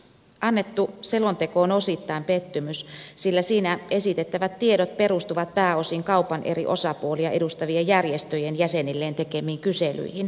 annettu selonteko on osittain pettymys sillä siinä esitettävät tiedot perustuvat pääosin kaupan eri osapuolia edustavien järjestöjen jäsenilleen tekemiin kyselyihin